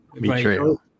betrayal